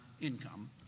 income